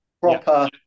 Proper